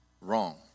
wrong